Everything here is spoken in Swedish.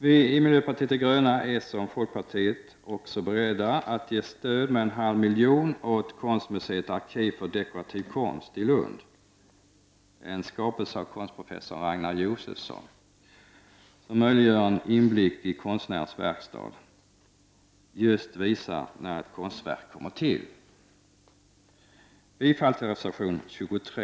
Vi i miljöpartiet de gröna är liksom folkpartiet också beredda att ge stöd med en halv miljon kronor åt Konstmuseet Arkiv för dekorativ konst i Lund, en skapelse av konstprofessor Ragnar Josephson som möjliggör en inblick i hur ett konstverk kommer till i konstnärens verkstad. miljö samt till museer och utställningar Jag yrkar bifall till reservation 23.